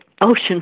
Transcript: ocean